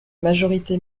majorité